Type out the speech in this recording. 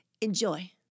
enjoy